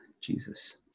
jesus